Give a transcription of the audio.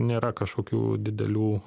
nėra kažkokių didelių